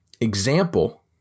example